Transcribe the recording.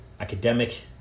academic